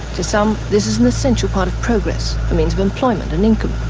to some this is an essential part of progress, a means of employment and income.